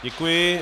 Děkuji.